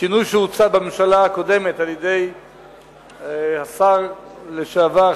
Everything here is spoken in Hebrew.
השינוי שהוצע בממשלה הקודמת על-ידי השר לשעבר,